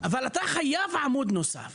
אבל אתה חייב עמוד נוסף